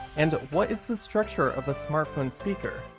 and what is the structure of a smartphone speaker?